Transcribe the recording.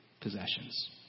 possessions